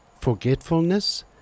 forgetfulness